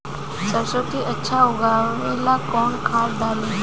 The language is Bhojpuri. सरसो के अच्छा उगावेला कवन खाद्य डाली?